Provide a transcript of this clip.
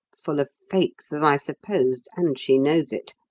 full of fakes, as i supposed and she knows it,